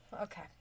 Okay